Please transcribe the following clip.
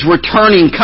returning